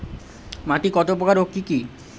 মাটি কতপ্রকার ও কি কী?